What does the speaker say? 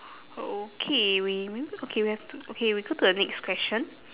okay we maybe okay we have two okay we go to the next question